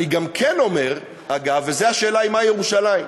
אני גם כן אומר, אגב, וזו השאלה: מהי ירושלים?